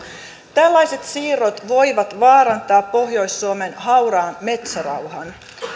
tällaiset siirrot voivat vaarantaa pohjois suomen hauraan metsärauhan